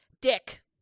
dick